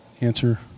answer